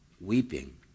weeping